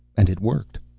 and it worked.